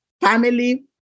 family